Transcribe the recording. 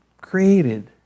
created